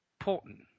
important